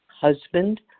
husband